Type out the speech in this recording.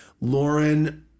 Lauren